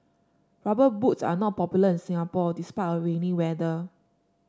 rubber boots are not popular in Singapore despite our rainy weather